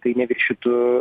tai neviršytų